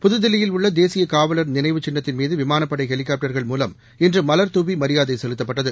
புதுதில்லியில் உள்ள தேசிய காவலர் நினைவு சின்னத்தின் மீது விமானப்படை ஹெலிகாப்டர்கள் மூலம் இன்று மலர்தூவி மரியாதை செலுத்தப்பட்டது